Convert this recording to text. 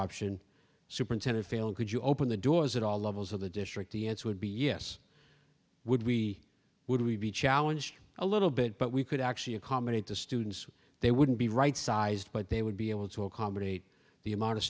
option superintended fail could you open the doors at all levels of the district the answer would be yes would we would we be challenged a little bit but we could actually accommodate the students they wouldn't be rightsized but they would be able to accommodate the amount of